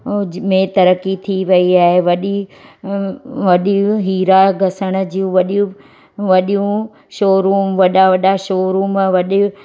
ऐं में तरक़ी थी वई आहे वॾी हीरा गसण जूं वॾियूं वॾियूं शोरूम वॾा वॾा शोरूम वॾी